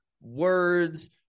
words